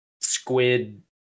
squid